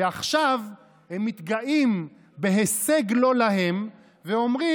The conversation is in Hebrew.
ועכשיו הם מתגאים בהישג לא להם ואומרים: